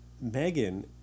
Megan